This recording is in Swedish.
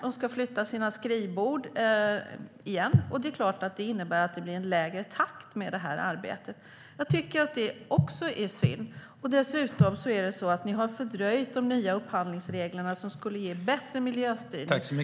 De ska flytta sina skrivbord igen. Det är klart att det innebär att det blir en lägre takt i det här arbetet. Jag tycker att det är synd. Dessutom har ni fördröjt de nya upphandlingsreglerna, som skulle ge bättre miljöstyrning, med över ett år.